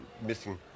missing